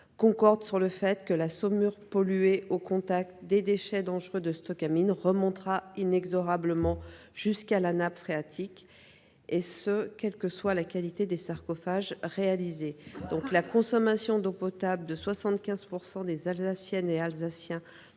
montrent que la saumure polluée au contact des déchets dangereux remontera inexorablement jusqu’à la nappe phréatique, et ce quelle que soit la qualité des sarcophages réalisés. La consommation en eau potable de 75 % des Alsaciennes et Alsaciens